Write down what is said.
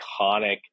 iconic